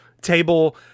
table